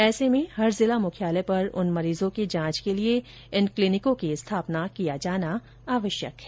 ऐसे में हर जिला मुख्यालय पर उन मरीजों की जांच के लिए इन क्लिनिकों की स्थापना किया जाना आवश्यक है